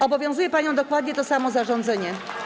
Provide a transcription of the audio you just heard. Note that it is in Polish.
Obowiązuje panią dokładnie to samo zarządzenie.